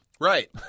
right